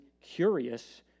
curious